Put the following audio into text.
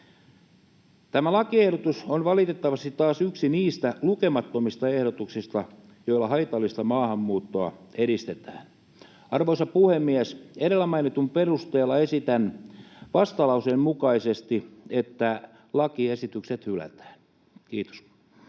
Tämä lakiehdotus on valitettavasti taas yksi niistä lukemattomista ehdotuksista, joilla haitallista maahanmuuttoa edistetään. Arvoisa puhemies! Edellä mainitun perusteella esitän vastalauseen mukaisesti, että lakiesitykset hylätään. — Kiitos.